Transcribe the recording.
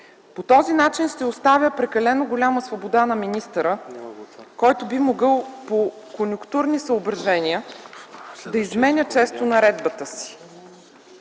По този начин ще остане прекалено голяма свобода на министъра, който би могъл по конюнктурни съображения да изменя често наредбата си.